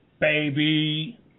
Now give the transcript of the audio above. baby